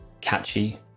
catchy